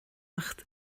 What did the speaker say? ucht